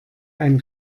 ein